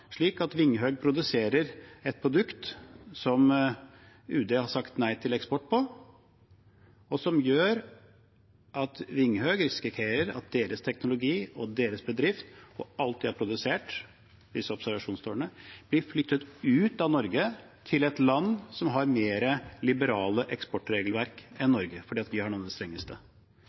Vinghøg produserer et produkt som UD har sagt nei til eksport av. Det gjør at Vinghøg risikerer at deres teknologi og deres bedrift og alt de har produsert – disse observasjonstårnene – blir flyttet ut av Norge til et land som har mer liberale eksportregelverk enn Norge, for vi har noen av de strengeste.